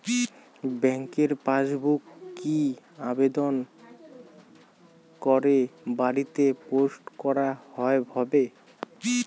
ব্যাংকের পাসবুক কি আবেদন করে বাড়িতে পোস্ট করা হবে?